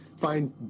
find